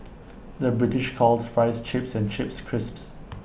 the British calls Fries Chips and Chips Crisps